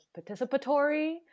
participatory